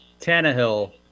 Tannehill